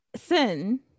Sin